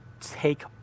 take